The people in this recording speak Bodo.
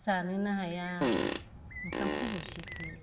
जानोनो हाया ओंखाम खब'सेखो